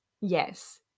Yes